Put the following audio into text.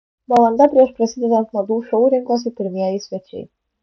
valandą prieš prasidedant madų šou rinkosi pirmieji svečiai